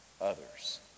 others